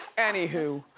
anyhoo.